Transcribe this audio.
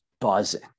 buzzing